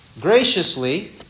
graciously